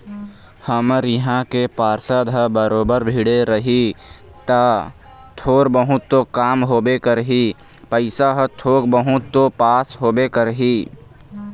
हमर इहाँ के पार्षद ह बरोबर भीड़े रही ता थोर बहुत तो काम होबे करही पइसा ह थोक बहुत तो पास होबे करही